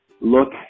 look